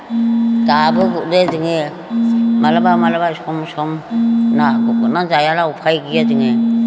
दाबो गुरो जोंने माब्लाबा माब्लाबा सम सम नाफोर गुरनानै जायाला उफाय गैया जोंने